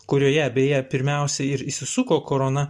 kurioje beje pirmiausia ir įsisuko korona